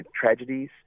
tragedies